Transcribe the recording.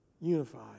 unified